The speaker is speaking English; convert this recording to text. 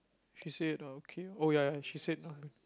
she said oh okay oh ya ya she said